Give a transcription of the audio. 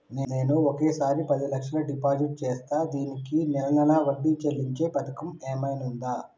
నేను ఒకేసారి పది లక్షలు డిపాజిట్ చేస్తా దీనికి నెల నెల వడ్డీ చెల్లించే పథకం ఏమైనుందా?